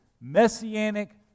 messianic